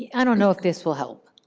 i don't know if this will help,